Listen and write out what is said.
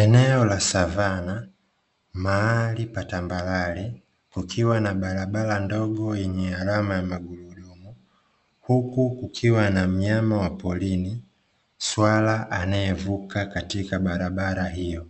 Eneo la savana mahali pa tambarare, kukiwa na barabara ndogo yenye alama ya magurudumu, huku kukiwa na mnyama wa porini, swala anayevuka katika barabara hiyo,